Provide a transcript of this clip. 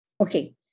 Okay